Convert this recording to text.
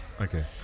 Okay